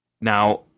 Now